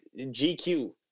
GQ